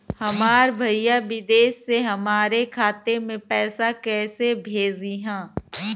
हमार भईया विदेश से हमारे खाता में पैसा कैसे भेजिह्न्न?